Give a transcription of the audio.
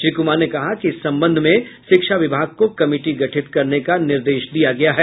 श्री कुमार ने कहा कि इस संबंध में शिक्षा विभाग को कमिटी गठित करने का निर्देश दिया गया है